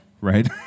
right